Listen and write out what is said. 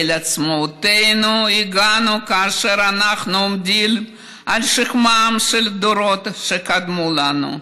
אל עצמאותנו הגענו כאשר אנחנו עומדים על שכמם של הדורות שקדמו לנו.